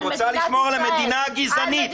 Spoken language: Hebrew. את רוצה לשמור על המדינה גזענית.